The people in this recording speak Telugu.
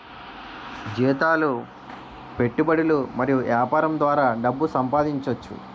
జీతాలు పెట్టుబడులు మరియు యాపారం ద్వారా డబ్బు సంపాదించోచ్చు